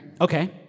Okay